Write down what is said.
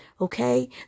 Okay